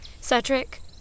Cedric